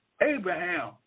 Abraham